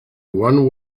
one